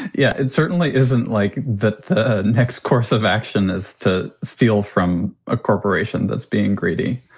yeah, it certainly isn't like that. the next course of action is to steal from a corporation that's being greedy.